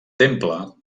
temple